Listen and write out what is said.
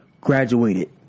graduated